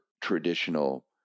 traditional